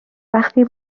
وقتی